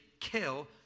kill